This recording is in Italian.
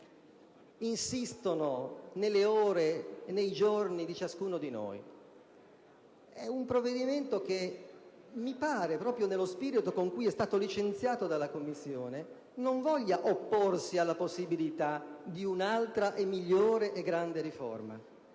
insistono nelle ore e nei giorni di ciascuno di noi. È un provvedimento che, mi pare, proprio dallo spirito con cui è stato licenziato dalla Commissione, non voglia opporsi alla possibilità di un'altra, migliore, grande riforma;